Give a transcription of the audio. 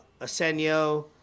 Asenio